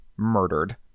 murdered